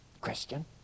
Christian